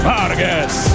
Vargas